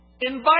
invite